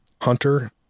Hunter